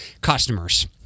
customers